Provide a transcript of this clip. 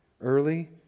Early